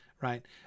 Right